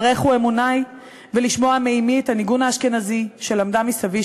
ברכו אמוני" ולשמוע מאמי את הניגון האשכנזי שלמדה מסבי,